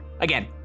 Again